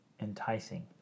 enticing